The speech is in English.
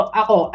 ako